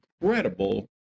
incredible